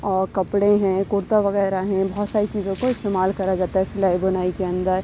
اور کپڑے ہیں کرتا وغیرہ ہیں بہت ساری چیزوں کو استعمال کرا جاتا ہے سلائی بنائی کے اندر